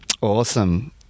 Awesome